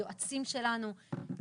היועצים שלנו,